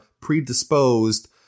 predisposed